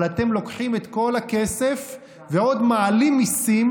אבל אתם לוקחים את כל הכסף ועוד מעלים מיסים.